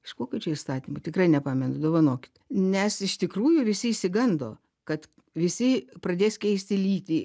iš kokio čia įstatymo tikrai nepamenu dovanokit nes iš tikrųjų visi išsigando kad visi pradės keisti lytį